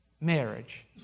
marriage